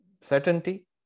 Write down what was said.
certainty